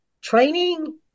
training